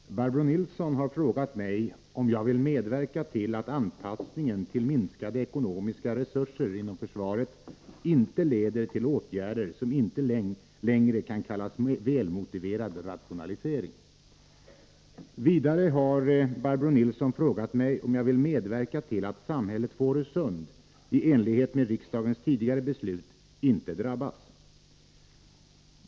Herr talman! Barbro Nilsson i Visby har frågat mig om jag vill medverka till att anpassningen till minskade ekonomiska resurser inom försvaret inte leder till åtgärder som inte längre kan kallas välmotiverad rationalisering. Vidare har Barbro Nilsson frågat mig om jag vill medverka till att samhället Fårösund i enlighet med riksdagens tidigare beslut inte drabbas.